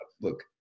look